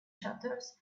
shutters